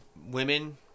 women